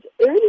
early